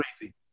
crazy